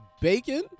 bacon